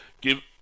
give